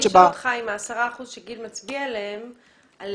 לגבי ה-10 אחוזים שגיל מצביע עליהם,